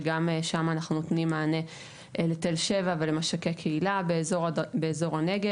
וגם שם אנחנו נותנים מענה לתל שבע ולמשקי קהילה באזור הנגב.